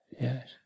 Yes